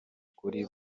kuri